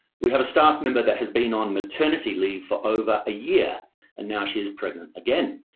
we have a staff member that has been on maternity leave for over a year and now she's pregnant again.